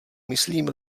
myslím